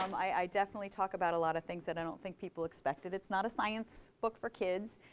um i i definitely talk about a lot of things that i don't think people expected. it's not a science book for kids.